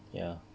ya